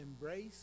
embrace